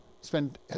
spend